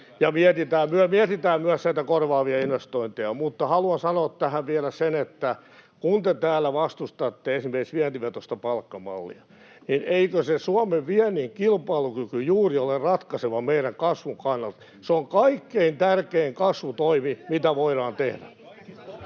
Ja mietitään myös näitä korvaavia investointeja. Mutta haluan sanoa tähän vielä sen, että kun te täällä vastustatte esimerkiksi vientivetoista palkkamallia, niin eikö se Suomen viennin kilpailukyky juuri ole ratkaiseva meidän kasvun kannalta? Se on kaikkein tärkein kasvutoimi, mitä voidaan tehdä.